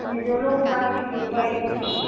নিজলৈও কিবা কিবি কিনিব লাগিব বোলো